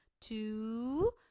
two